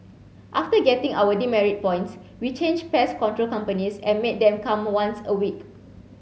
after getting our demerit points we changed pest control companies and made them come once a week